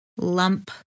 lump